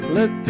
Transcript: Let